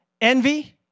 envy